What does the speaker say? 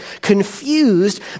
confused